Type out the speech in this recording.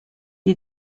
est